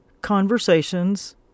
conversations